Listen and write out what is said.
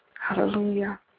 hallelujah